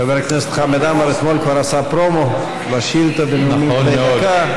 חבר הכנסת חמד עמאר כבר אתמול עשה פרומו לשאילתה בנאומים בני דקה.